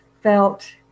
felt